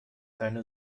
deine